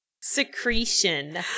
Secretion